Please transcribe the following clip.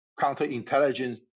counterintelligence